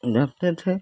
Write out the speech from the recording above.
बैठते थे